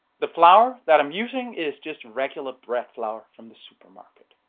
the flour that i'm using is just regular bread flour from the supermarket.